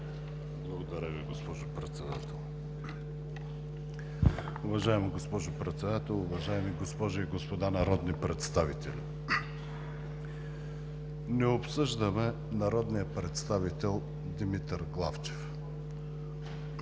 Благодаря Ви, госпожо Председател. Уважаема госпожо Председател, уважаеми госпожи и господа народни представители! Не обсъждаме народния представител Димитър Главчев,